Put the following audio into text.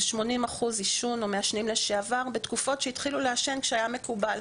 זה 80% עישון או מעשנים לשעבר בתקופות שהתחילו לעשן כשהיה מקובל.